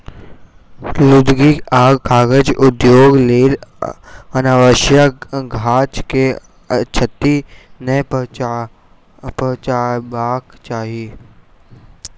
लुगदी आ कागज उद्योगक लेल अनावश्यक गाछ के क्षति नै पहुँचयबाक चाही